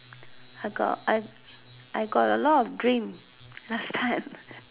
I got I I got a lot of dream last time